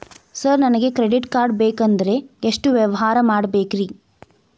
Sir ನನಗೆ credit card ಬೇಕಂದ್ರೆ ಎಷ್ಟು ವ್ಯವಹಾರ ಮಾಡಬೇಕ್ರಿ?